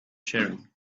sharing